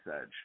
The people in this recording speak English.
edge